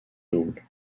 double